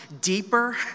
deeper